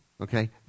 okay